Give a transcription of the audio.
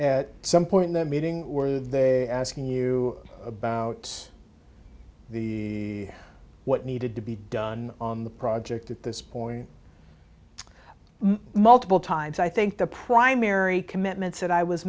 at some point in the meeting were they asking you about the what needed to be done on the project at this point multiple times i think the primary commitments that i was